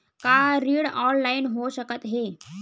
का ऋण ऑनलाइन हो सकत हे?